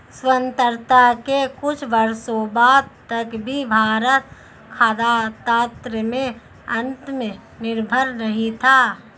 स्वतंत्रता के कुछ वर्षों बाद तक भी भारत खाद्यान्न में आत्मनिर्भर नहीं था